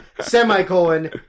semicolon